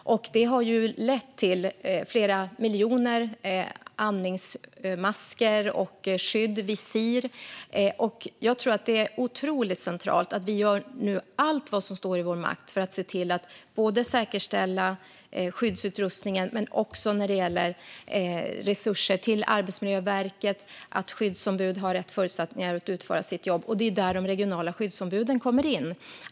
Detta har lett till flera miljoner andningsmasker och visir. Jag tror att det är otroligt centralt att vi nu gör allt som står i vår makt för att se till att säkerställa skyddsutrustningen och resurser till Arbetsmiljöverket, så att skyddsombud har rätt förutsättningar för att utföra sitt jobb. Det är där de regionala skyddsombuden kommer in.